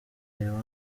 reba